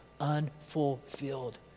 unfulfilled